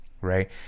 right